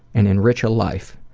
and enrich a life.